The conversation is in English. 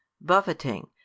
buffeting